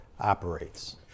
operates